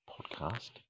podcast